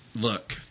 look